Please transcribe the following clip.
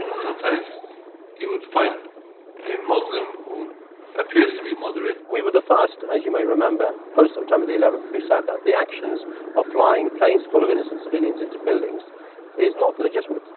sometimes you would find a muslim who appears to be moderate we were the first as you may remember poster time of the eleventh we said that the actions of flying planes full of innocent civilians into buildings is not legitimate,